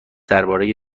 درباره